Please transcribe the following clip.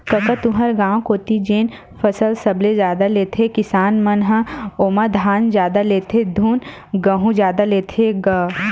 कका तुँहर गाँव कोती जेन फसल सबले जादा लेथे किसान मन ह ओमा धान जादा लेथे धुन गहूँ जादा लेथे गा?